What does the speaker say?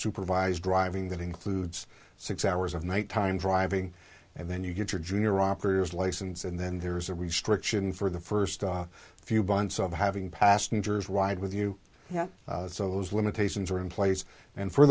supervised driving that includes six hours of night time driving and then you get your junior operators license and then there's a restriction for the first few bunts of having passengers ride with you so those limitations are in place and for